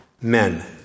men